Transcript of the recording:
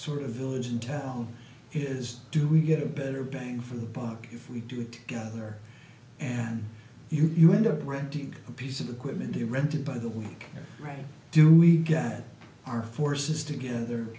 sort of village in town is do we get a better bang for the buck if we do it together and you end up renting a piece of equipment you rented by the right do we get our forces together